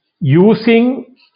using